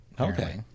Okay